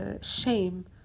shame